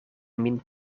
min